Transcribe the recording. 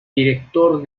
director